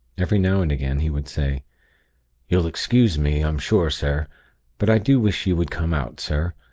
every now and again, he would say you'll excuse me, i'm sure, sir but i do wish you would come out, sir.